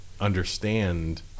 understand